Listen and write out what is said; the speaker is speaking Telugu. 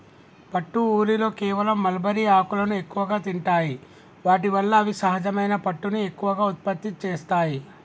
పట్టు ఊరిలో కేవలం మల్బరీ ఆకులను ఎక్కువగా తింటాయి వాటి వల్ల అవి సహజమైన పట్టుని ఎక్కువగా ఉత్పత్తి చేస్తాయి